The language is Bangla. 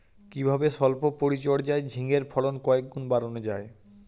কিভাবে সল্প পরিচর্যায় ঝিঙ্গের ফলন কয়েক গুণ বাড়ানো যায়?